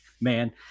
man